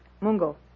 Mungo